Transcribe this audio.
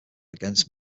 against